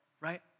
right